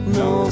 no